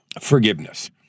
forgiveness